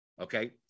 Okay